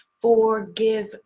forgive